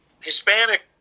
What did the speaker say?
Hispanic